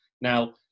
Now